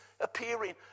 appearing